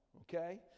Okay